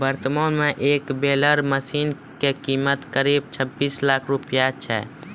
वर्तमान मॅ एक बेलर मशीन के कीमत करीब छब्बीस लाख रूपया छै